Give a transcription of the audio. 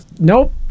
nope